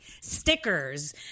Stickers